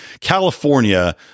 California